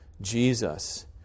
Jesus